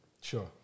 Sure